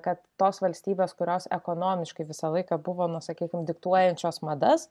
kad tos valstybės kurios ekonomiškai visą laiką buvo nu sakykim diktuojančios madas